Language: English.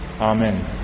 Amen